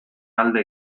alde